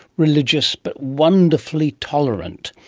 religious, but wonderfully tolerant.